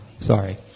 sorry